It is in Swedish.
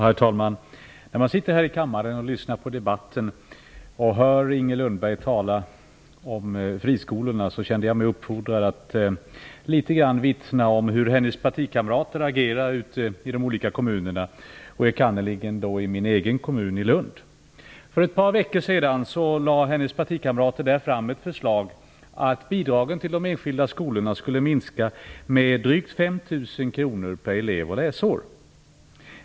Herr talman! När jag satt här i kammaren och lyssnade på debatten och hörde Inger Lundberg tala om friskolor kände jag mig uppfordrad att litet grand vittna om hur hennes partikamrater agerar i de olika kommunerna, och erkannerligen i min egen hemkommun Lund. För ett par veckor sedan lade hennes partikamrater där fram ett förslag om att bidragen till de enskilda skolorna skulle minska med drygt 5 000 kr per elev och läsår.